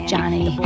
Johnny